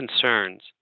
concerns